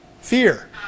Fear